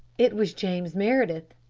it was james meredith,